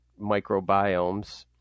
microbiomes